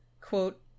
quote